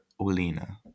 Olina